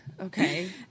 Okay